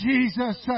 Jesus